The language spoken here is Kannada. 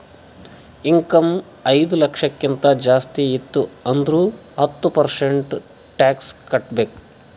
ಇನ್ಕಮ್ ಐಯ್ದ ಲಕ್ಷಕ್ಕಿಂತ ಜಾಸ್ತಿ ಇತ್ತು ಅಂದುರ್ ಹತ್ತ ಪರ್ಸೆಂಟ್ ಟ್ಯಾಕ್ಸ್ ಕಟ್ಟಬೇಕ್